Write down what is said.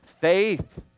Faith